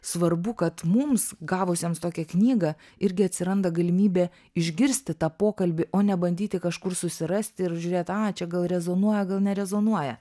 svarbu kad mums gavusiems tokią knygą irgi atsiranda galimybė išgirsti tą pokalbį o ne bandyti kažkur susirasti ir žiūrėt a čia gal rezonuoja gal nerezonuoja